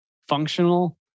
functional